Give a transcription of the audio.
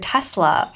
Tesla